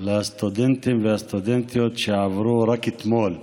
לסטודנטים והסטודנטיות שעברו רק אתמול,